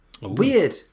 Weird